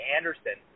Anderson